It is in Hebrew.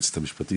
היועצת המשפטית,